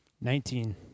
Nineteen